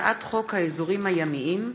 הצעת חוק האזורים הימיים,